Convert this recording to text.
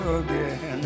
again